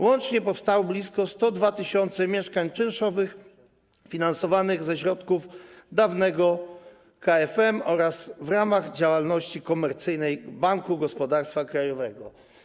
Łącznie powstało blisko 102 tys. mieszkań czynszowych finansowanych ze środków dawnego KFM oraz w ramach działalności komercyjnej Banku Gospodarstwa Krajowego.